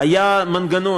היה מנגנון,